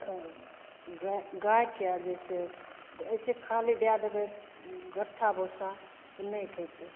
तब गाइ गाइके जइसे वइसे खाली दै देबै घट्ठा भुस्सा तऽ नहि खएतै